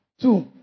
two